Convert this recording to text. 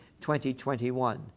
2021